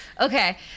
Okay